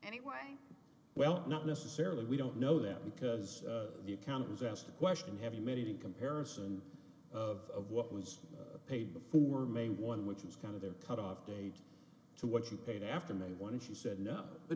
anyway well not necessarily we don't know them because you count was asked a question have you made a comparison of what was paid before may one which is kind of their cutoff date to what you paid after me when she said no but